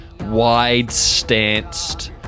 wide-stanced